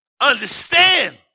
understand